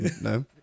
no